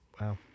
Wow